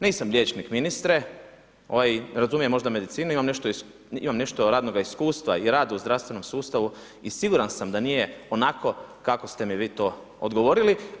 Nisam liječnik ministre, razumijem možda medicinu, imam nešto radnoga iskustva i rada u zdravstvenom sustavu i siguran sam da nije onako kako ste mi vi to odgovorili.